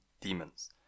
demons